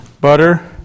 butter